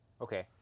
Okay